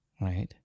right